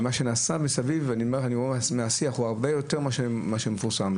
מה שנעשה מסביב הוא הרבה יותר ממה שמפורסם.